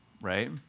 right